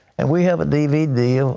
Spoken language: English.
and we have a dvd.